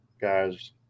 guys